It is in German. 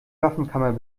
waffenkammer